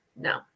No